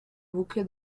bouquet